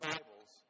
Bibles